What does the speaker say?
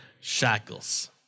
shackles